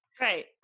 Right